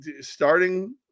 Starting